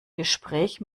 gespräch